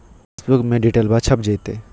पासबुका में डिटेल्बा छप जयते?